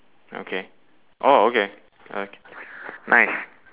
okay oh okay okay nice